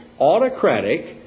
autocratic